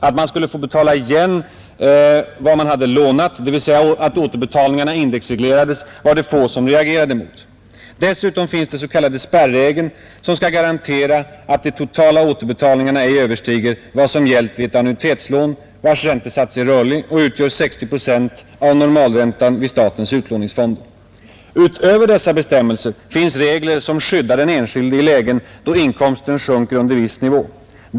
Att man skulle få betala igen mera än man hade lånat — dvs. att återbetalningarna indexreglerades — var det få som reagerade mot. Dessutom finns den s.k. spärregeln, som skall garantera att de totala återbetalningarna ej överstiger vad som gällt vid ett annuitetslån, vars räntesats är rörlig och utgör 60 procent av normalräntan vid statens utlåningsfonder. Utöver dessa bestämmelser finns regler som skyddar den enskilde i lägen då inkomsten sjunker under viss nivå.